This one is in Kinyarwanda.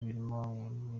birimo